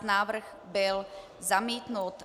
Návrh byl zamítnut.